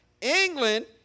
England